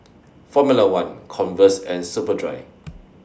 Formula one Converse and Superdry